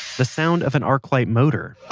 the sound of an arclight motor.